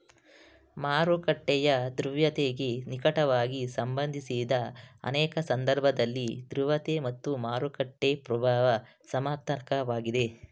ಮಾರುಕಟ್ಟೆಯ ದ್ರವ್ಯತೆಗೆ ನಿಕಟವಾಗಿ ಸಂಬಂಧಿಸಿದ ಅನೇಕ ಸಂದರ್ಭದಲ್ಲಿ ದ್ರವತೆ ಮತ್ತು ಮಾರುಕಟ್ಟೆ ಪ್ರಭಾವ ಸಮನಾರ್ಥಕ ವಾಗಿದೆ